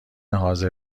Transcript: حاضر